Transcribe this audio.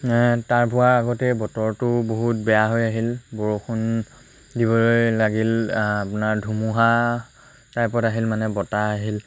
তাৰ পোৱা আগতেই বতৰটো বহুত বেয়া হৈ আহিল বৰষুণ দিবলৈ লাগিল আপোনাৰ ধুমুহা টাইপত আহিল মানে বতাহ আহিল